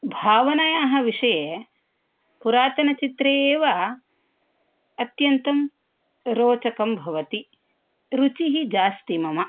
भावनयाः विषये पुरातनचित्रे एव अत्यन्तं रोचकं भवति रुचिः जास्ति मम